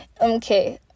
okay